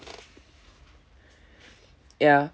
ya